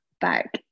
back